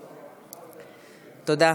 תודה.